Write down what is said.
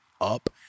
up